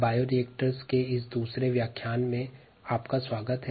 bioreactors के दूसरे व्याख्यान में आपका स्वागत है